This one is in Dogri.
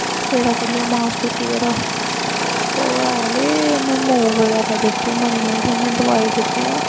तेरा कुड़िये मास टुट्टी गेदा फिर में फिर होया की उन्ने मूव वगैरा दित्ती मलने गी ते उन्ने दवाई दित्ती ना